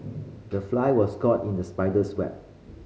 the fly was caught in the spider's web